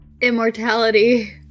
Immortality